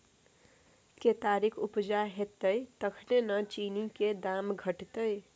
केतारीक उपजा हेतै तखने न चीनीक दाम घटतै